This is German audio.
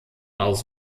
aus